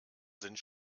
sind